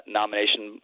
nomination